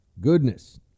goodness